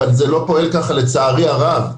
אבל זה לא פועל כך לצערי הרב,